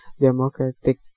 democratic